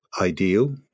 ideal